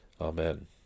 Amen